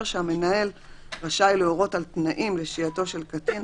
שהמנהל רשאי להורות על תנאים לשהייתו של קטין,